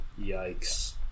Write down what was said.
Yikes